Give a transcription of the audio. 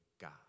God